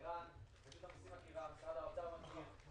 ערן, רשות המסים מכירה, משרד האוצר מכיר.